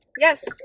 Yes